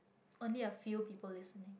only a few people listening